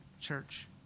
church